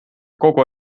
kogu